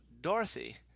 Dorothy